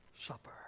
supper